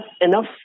enough